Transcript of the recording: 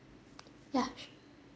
ya sure